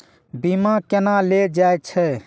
बीमा केना ले जाए छे?